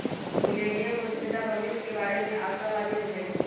millennium उद्यमीता भविष्य के बारे में आशावादी बुझाई छै